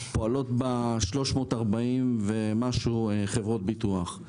פועלות כ-340 ומשהו חברות ביטוח;